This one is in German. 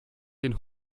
den